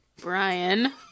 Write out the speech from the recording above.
Brian